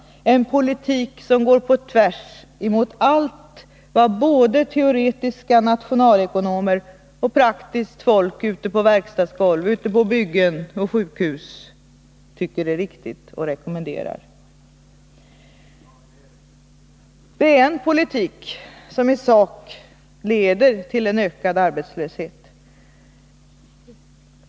Det är en politik som går på tvärs emot allt vad både teoretiska nationalekonomer och praktiskt folk ute på verkstadsgolv, på byggen och sjukhus tycker är riktigt och rekommenderar. Det är en politik som leder till ökad arbetslöshet.